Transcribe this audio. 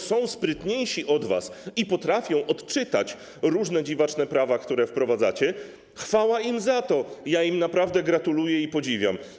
Są sprytniejsi od was, którzy potrafią odczytać różne dziwaczne prawa, które wprowadzacie, i chwała im za to, ja im naprawdę gratuluję i ich podziwiam.